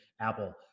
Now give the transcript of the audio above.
apple